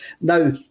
Now